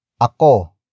Ako